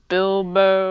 Bilbo